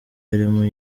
harimo